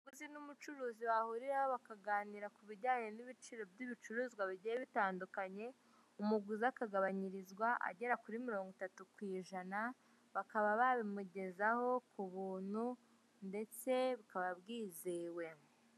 mUuguzi n'umucuruzi bahurira bakaganira ku bijyanye n'ibicuruzwa bigiye bitandukanye, umuguzi akagabanyirixwa agera kuri mirongo itatu ku ijana, bakaba babimugezaho ku buntu ndetse bikaba byizewe.